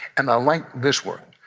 and i like this work.